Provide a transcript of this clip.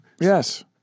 yes